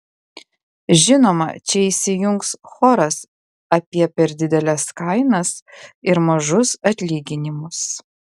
žinoma čia įsijungs choras apie per dideles kainas ir mažus atlyginimus